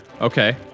Okay